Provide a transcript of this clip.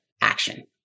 action